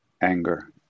anger